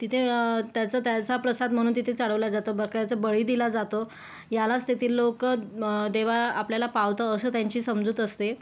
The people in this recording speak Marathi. तिथे त्याचा त्याचा प्रसाद म्हणून तिथे चढवला जातो बकऱ्याचा बळी दिला जातो यालाच तेथील लोक देवा आपल्याला पावतो अशी त्यांची समजूत असते